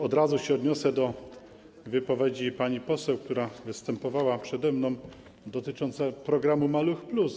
Od razu odniosę się do wypowiedzi pani poseł, która występowała przede mną, dotyczącej programu „Maluch+”